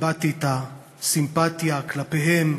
הבעתי את הסימפתיה כלפיהם,